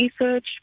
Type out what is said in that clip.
research